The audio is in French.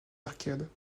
arcades